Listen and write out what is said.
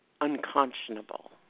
unconscionable